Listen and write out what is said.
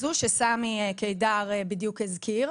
זו שסמי קידר בדיוק הזכיר.